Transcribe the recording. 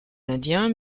indiens